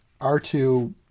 R2